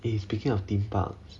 eh speaking of theme parks